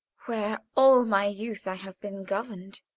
where, all my youth, i have been governed,